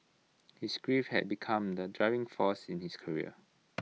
his grief had become the driving force in his career